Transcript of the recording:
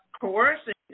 coercing